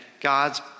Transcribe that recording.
God's